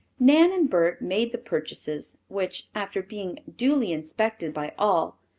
nan and bert made the purchases which, after being duly inspected by all,